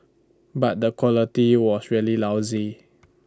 but the quality was really lousy